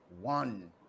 one